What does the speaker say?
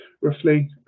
roughly